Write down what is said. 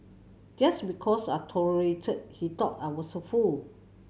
just because I tolerated he thought I was a fool